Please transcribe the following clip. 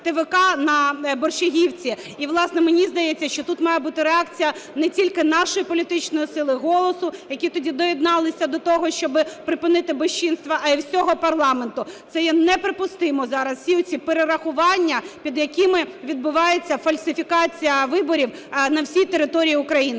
ТВК на Борщагівці. І, власне, мені здається, що тут має бути реакція не тільки нашої політичної сили, "Голосу", які тоді доєдналися до того, щоб припинити безчинства, а і всього парламенту. Це є неприпустимо зараз всі ці перерахування, під якими відбувається фальсифікація виборів на всій території України.